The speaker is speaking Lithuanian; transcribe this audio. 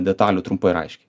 detalių trumpai ir aiškiai